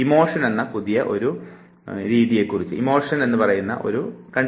വികാരമായിരിക്കും ആ പുതിയ ആശയം